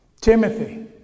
Timothy